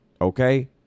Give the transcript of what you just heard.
Okay